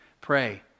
pray